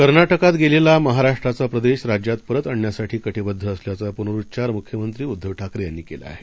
कर्नाटकात गेलेला महाराष्ट्राचा प्रदेश राज्यात परत आणण्यासाठी कटिबद्ध असल्याचा पुनरुच्चार मुख्यमंत्री उद्घव ठाकरे यांनी केला आहे